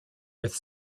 with